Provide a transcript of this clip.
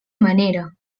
manera